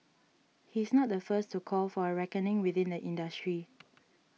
he's not the first to call for a reckoning within the industry